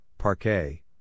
parquet